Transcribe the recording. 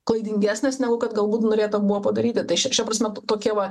klaidingesnės negu kad galbūt norėta buvo padaryti tai šia šia prasme tokie va